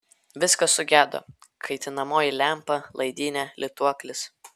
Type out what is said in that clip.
viskas sugedo kaitinamoji lempa laidynė lituoklis